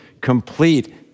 complete